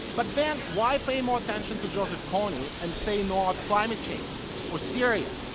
but then why pay more attention to joseph kony and say not climate change, or syria?